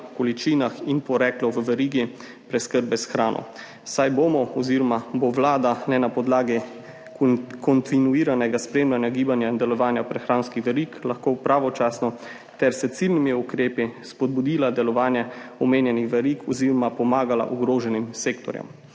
količinah in poreklu v verigi preskrbe s hrano, saj bomo oziroma bo Vlada le na podlagi kontinuiranega spremljanja gibanja in delovanja prehranskih verig lahko pravočasno ter s ciljnimi ukrepi spodbudila delovanje omenjenih verig oziroma pomagala ogroženim sektorjem.